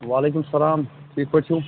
وعلیکُم سَلام ٹھیٖک پٲٹھۍ چھُو